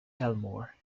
elmore